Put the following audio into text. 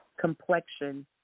complexion